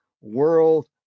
world